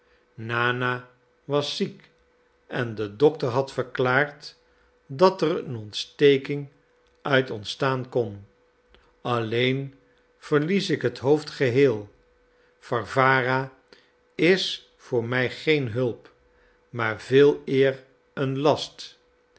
nana was ziek en de dokter had verklaard dat er een ontsteking uit ontstaan kon alleen verlies ik het hoofd geheel warwara is voor mij geen hulp maar veeleer een last